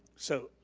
so,